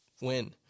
win